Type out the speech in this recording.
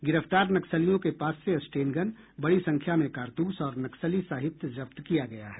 गिरफ्तार नक्सलियों के पास से स्टेनगन बड़ी संख्या में कारतूस और नक्सली साहित्य जब्त किया गया है